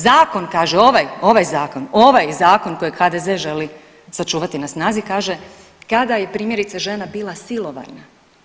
Zakon kaže ovaj, ovaj zakon, ovaj zakon kojeg HDZ želi sačuvati na snazi kaže kada je primjerice žena bila silovana.